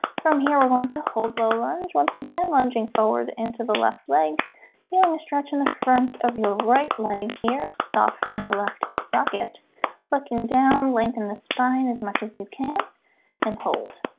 from here, we're going to hold low lunge once again lunging forward into the left leg feeling a stretch in the front of your right leg here softening the left hip socket looking down lengthen the spine as much as you can and hold